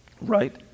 Right